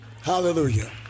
Hallelujah